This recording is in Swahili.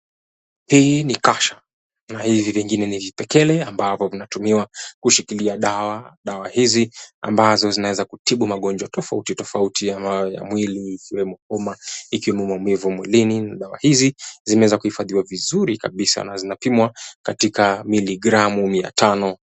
Hii ni kasha na hivi vingine ni vipekele ambavyo vinatumiwa kushikilia dawa dawa hizi ambazo zinaweza kutibu magonjwa tofauti tofauti ya mwili ikiwemo homa ikiwemo maumivu mwilini na dawa hizi zimeweza kuhifadhiwa vizuri kabisa na zinapimwa katika miligramu mia tano.